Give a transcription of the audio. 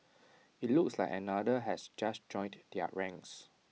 IT looks like another has just joined their ranks